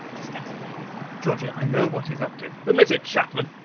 just explain yourself. georgie, i know what he's up to! admit it, chapman!